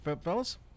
fellas